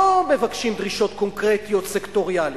מבקשים דרישות קונקרטיות-סקטוריאליות,